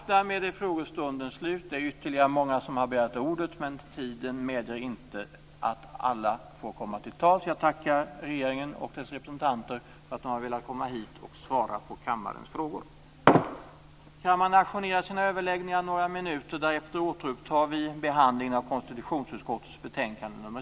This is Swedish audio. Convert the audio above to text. Därmed är frågestunden slut. Det är ytterligare många som har begärt ordet, men tiden medger inte att alla får komma till tals. Jag tackar regeringen och dess representanter för att de har velat komma hit och svara på kammarens frågor.